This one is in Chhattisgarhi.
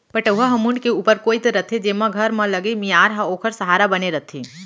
पटउहां ह मुंड़ के ऊपर कोइत रथे जेमा घर म लगे मियार ह ओखर सहारा बने रथे